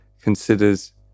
considers